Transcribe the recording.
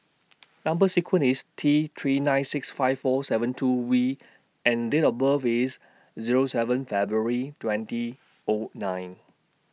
Number sequence IS T three nine six five four seven two V and Date of birth IS Zero seven February twenty O nine